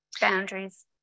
boundaries